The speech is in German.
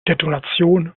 detonation